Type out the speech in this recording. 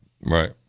Right